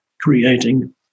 creating